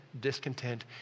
discontent